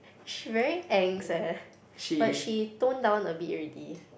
she very angst eh but she tone down a bit already